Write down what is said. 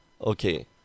okay